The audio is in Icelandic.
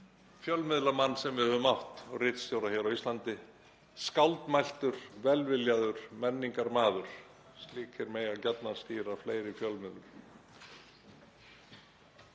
fjölmiðlamann sem við höfum átt og ritstjóra á Íslandi, skáldmæltur, velviljaður menningarmaður. Slíkir mega gjarnan stýra fleiri fjölmiðlum.